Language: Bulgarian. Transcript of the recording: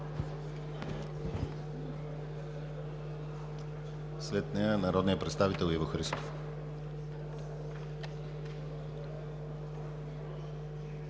След нея – народният представител Иво Христов.